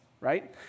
right